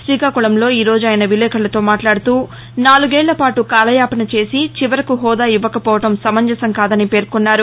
శ్రీకాకుళంలో ఈ రోజు ఆయన విలేకరులతో మాట్లాడుతూ నాలుగేళ్ళపాటు కాలయాపన చేసి చివరకు హోదా ఇవ్వకపోవడం సమంజసం కాదని పేర్కొన్నారు